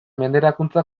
menderakuntza